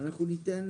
אנחנו ניתן